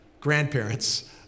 grandparents